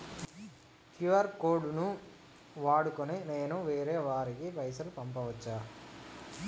QR code ను వాడుకొని నేను వేరే వారికి పైసలు పంపచ్చా?